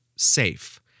safe